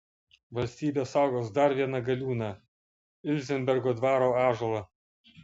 valstybė saugos dar vieną galiūną ilzenbergo dvaro ąžuolą